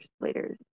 later